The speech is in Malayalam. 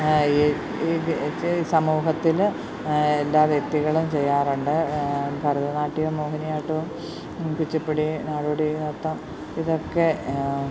ഈ ഈ സമൂഹത്തിന് എല്ലാ വ്യക്തികളും ചെയ്യാറുണ്ട് ഭരതനാട്യവും മോഹിനിയാട്ടവും കുച്ചിപ്പുടി നാടോടി നൃത്തം ഇതൊക്കെ